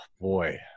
boy